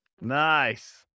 Nice